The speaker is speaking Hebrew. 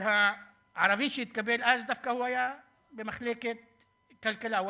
אבל הערבי שהתקבל אז דווקא היה במחלקת כלכלה.